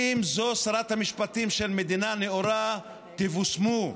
אם זו שרת המשפטים של מדינה נאורה, תבושמו,